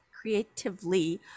creatively